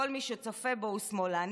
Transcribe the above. כל מי שצופה בו הוא שמאלני,